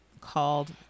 called